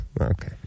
Okay